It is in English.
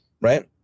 right